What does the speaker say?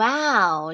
：“Wow